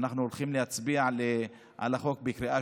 אנחנו הולכים להצביע על החוק בקריאה